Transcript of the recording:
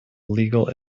legal